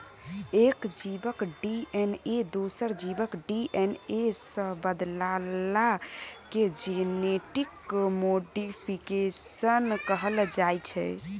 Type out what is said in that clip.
एक जीबक डी.एन.ए दोसर जीबक डी.एन.ए सँ बदलला केँ जेनेटिक मोडीफिकेशन कहल जाइ छै